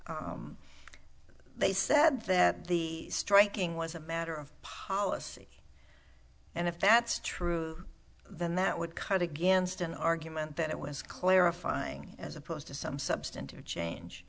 they said that the striking was a matter of policy and if that's true then that would cut against an argument that it was clarifying as opposed to some substantive change